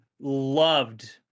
loved